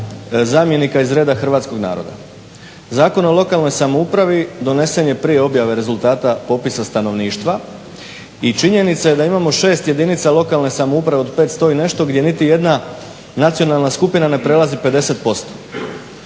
zamjenika iz reda hrvatskog naroda. Zakon o lokalnoj samoupravi donesen je prije objave rezultata popisa stanovništva i činjenica je da imamo 6 jedinica lokalne samouprave od 500 i nešto gdje niti jedna nacionalna skupina ne prelazi 50%.